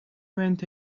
went